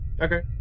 Okay